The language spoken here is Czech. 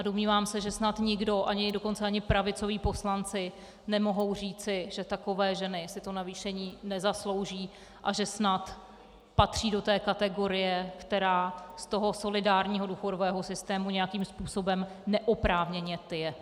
Domnívám se, že snad nikdo, dokonce ani pravicoví poslanci nemohou říci, že takové ženy si takové navýšení nezaslouží a že snad patří do té kategorie, která z toho solidárního důchodového systému nějakým způsobem neoprávněně tyje.